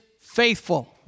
faithful